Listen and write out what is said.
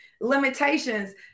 Limitations